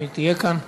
אם היא תהיה כאן.